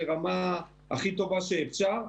לרמה הכי טובה שאפשר.